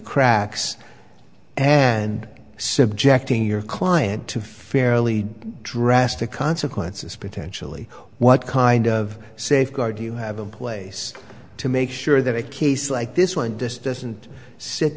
cracks and subjecting your client to fairly drastic consequences potentially what kind of safeguard do you have a place to make sure that a case like this one just